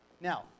Now